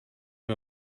him